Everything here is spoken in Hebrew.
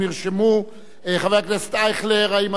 חבר הכנסת אייכלר, האם אדוני רוצה להשתתף?